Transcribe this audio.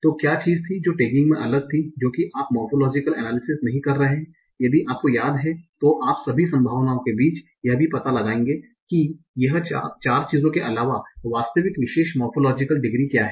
तो क्या चीज थी जो टैगिंग में अलग थी जो कि आप मोर्फ़ोलोजिकल अनालिसिस नहीं कर रहे हैं यदि आपको याद है तो आप सभी संभावनाओं के बीच यह भी पता लगायेगे कि यह 4 चीजो के अलावा वास्तविक विशेष मोर्फ़ोलोजिकल डिग्री क्या है